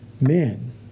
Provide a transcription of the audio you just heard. Men